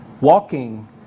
Walking